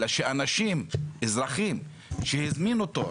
אלא שאזרחים שהזמינו תור,